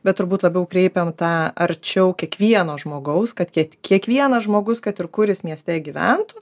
bet turbūt labiau kreipiam tą arčiau kiekvieno žmogaus kad kiek kiekvienas žmogus kad ir kuris mieste gyventų